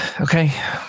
Okay